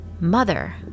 Mother